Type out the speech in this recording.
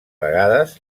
vegades